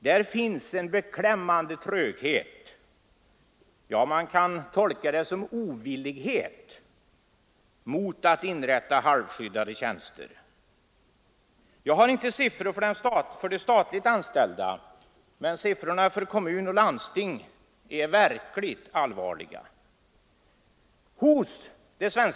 Där finns en beklämmande tröghet — ja, man kan tolka det som ovillighet mot att inrätta halvskyddade tjänster. Jag har inte siffror för de statligt anställda, men siffrorna för kommuner och landsting visar verkligen på allvarliga förhållanden.